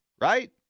right